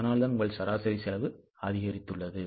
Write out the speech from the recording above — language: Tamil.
அதனால்தான் உங்கள் சராசரி செலவு அதிகரித்துள்ளது